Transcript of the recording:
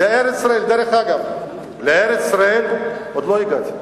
דרך אגב, לארץ-ישראל עוד לא הגעתי.